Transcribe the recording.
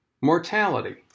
mortality